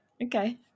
Okay